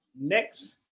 Next